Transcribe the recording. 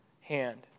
hand